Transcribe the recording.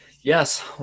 Yes